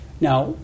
Now